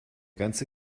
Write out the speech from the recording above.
ganze